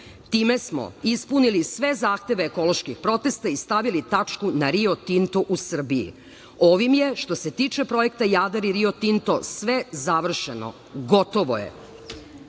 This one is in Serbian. Time smo ispunili sve zahteve ekoloških protesta i stavili tačku na Rio Tinto u Srbiji. Ovim je, što se tiče projekta Jadar i Rio Tinto, sve završeno, gotovo je.